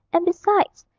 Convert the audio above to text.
and besides,